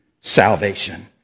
salvation